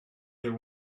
there